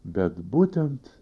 bet būtent